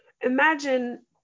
imagine